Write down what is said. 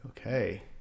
Okay